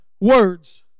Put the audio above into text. words